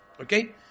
Okay